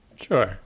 Sure